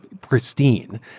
pristine